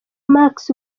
marks